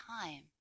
time